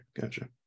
Gotcha